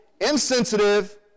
insensitive